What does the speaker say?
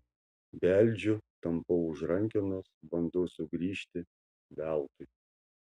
beldžiu tampau už rankenos bandau sugrįžti veltui